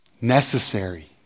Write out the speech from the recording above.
Necessary